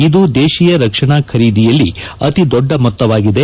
ಇದು ದೇಶೀಯ ರಕ್ಷಣಾ ಖರೀದಿಯಲ್ಲಿ ಅತಿ ದೊಡ್ಡ ಮೊತ್ತವಾಗಿದೆ